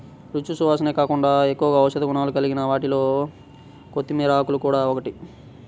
రుచి, సువాసనే కాకుండా ఎక్కువగా ఔషధ గుణాలు కలిగిన వాటిలో కొత్తిమీర ఆకులు గూడా ఒకటి